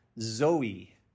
Zoe